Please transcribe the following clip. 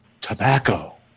tobacco